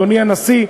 "אדוני הנשיא,